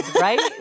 Right